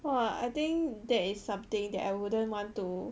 !wah! I think that is something that I wouldn't want to